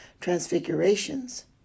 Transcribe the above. transfigurations